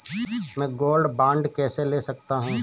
मैं gold bond कैसे ले सकता हूँ?